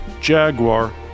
Jaguar